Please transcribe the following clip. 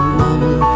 mama